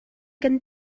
kan